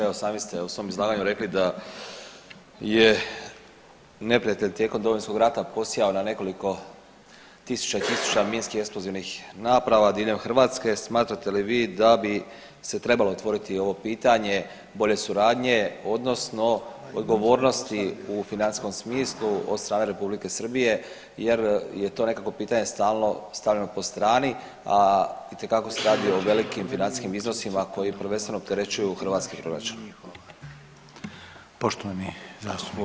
Evo sami ste u svom izlaganju rekli da je neprijatelj tijekom Domovinskog rata posijao na nekoliko tisuća i tisuća minski eksplozivnih naprava diljem Hrvatske, smatrate li vi da bi se trebalo otvoriti ove pitanje bolje suradnje odnosno odgovornosti u financijskom smislu od strane Republike Srbije jer je to nekako pitanje stalno stavljeno po strani, a itekako se radi o velikim financijskim iznosima koji prvenstveno opterećuju hrvatski proračun?